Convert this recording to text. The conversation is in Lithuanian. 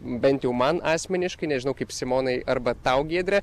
bent jau man asmeniškai nežinau kaip simonai arba tau giedre